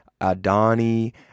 Adani